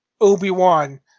Obi-Wan